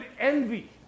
envy